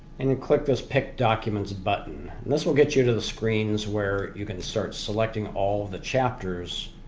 and you click this pick documents button and this will get you to the screens where you can start selecting all the chapters